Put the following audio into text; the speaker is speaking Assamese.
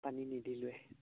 পানী নিদিলোঁৱেই